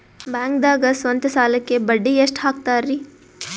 ಬ್ಯಾಂಕ್ದಾಗ ಸ್ವಂತ ಸಾಲಕ್ಕೆ ಬಡ್ಡಿ ಎಷ್ಟ್ ಹಕ್ತಾರಿ?